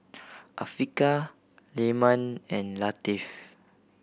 Afiqah Leman and Latif